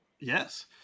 Yes